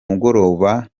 mugoroba